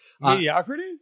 mediocrity